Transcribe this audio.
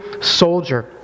soldier